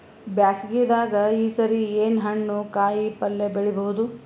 ಬ್ಯಾಸಗಿ ದಾಗ ಈ ಸರಿ ಏನ್ ಹಣ್ಣು, ಕಾಯಿ ಪಲ್ಯ ಬೆಳಿ ಬಹುದ?